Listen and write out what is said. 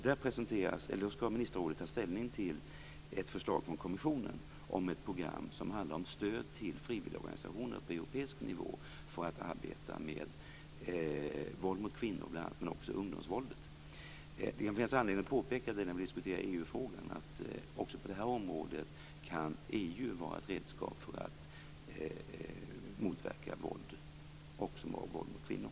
Då skall ministerrådet ta ställning till ett förslag från kommissionen som handlar om stöd till frivilligorganisationer på europeisk nivå för att de skall arbeta med bl.a. våld mot kvinnor men också med ungdomsvåldet. När vi diskuterar EU-frågan finns det anledning att påpeka att EU kan vara ett redskap också på det här området för att motverka våld, även våld mot kvinnor.